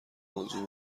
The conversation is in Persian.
موضوع